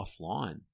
offline